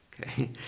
okay